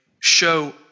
show